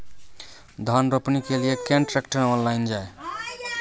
धान रोपनी के लिए केन ट्रैक्टर ऑनलाइन जाए?